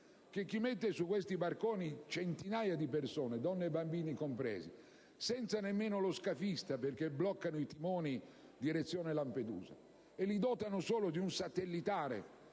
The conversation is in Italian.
voi li abbiano visti) centinaia di persone, donne e bambini compresi, senza nemmeno lo scafista (perché bloccano i timoni in direzione Lampedusa) e li dotano solo di un satellitare